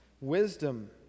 wisdom